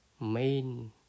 main